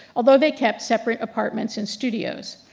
although they kept separate apartments and studios.